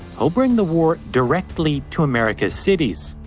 he'll bring the war directly to america's cities.